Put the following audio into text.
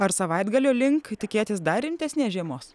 ar savaitgalio link tikėtis dar rimtesnės žiemos